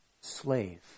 slave